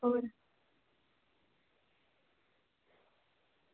होर